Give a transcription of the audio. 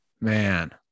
Man